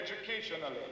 educationally